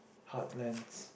heartlands